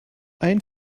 ein